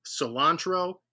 cilantro